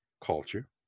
culture